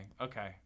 okay